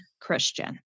Christian